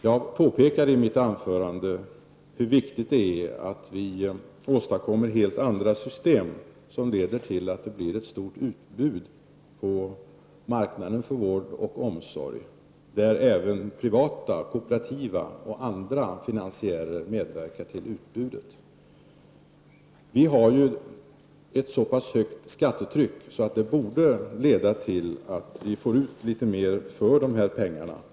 Jag påpekade i mitt anförande hur viktigt det är att vi åstadkommer helt andra system som leder till att det blir ett stort utbud av vård och omsorg på marknaden, där även privata, kooperativa och andra finansiärer bidrar till att öka detta utbud. Vi har ett så pass högt skattetryck att detta borde medge att vi får ut mer av pengarna.